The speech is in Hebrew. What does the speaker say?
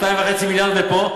2.5 מיליארד לפה,